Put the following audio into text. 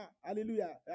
hallelujah